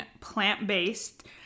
plant-based